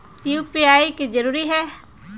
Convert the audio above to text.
UPI की जरूरी है?